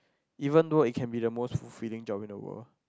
even though it can be the most fulfilling job in the world